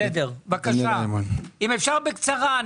אם אפשר בקצרה.